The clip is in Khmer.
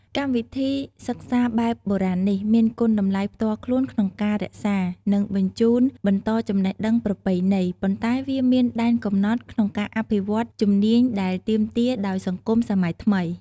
កម្មវិធីសិក្សាបែបបុរាណនេះមានគុណតម្លៃផ្ទាល់ខ្លួនក្នុងការរក្សា និងបញ្ជូនបន្តចំណេះដឹងប្រពៃណី ប៉ុន្តែវាមានដែនកំណត់ក្នុងការអភិវឌ្ឍជំនាញដែលទាមទារដោយសង្គមសម័យថ្មី។